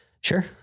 Sure